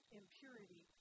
impurity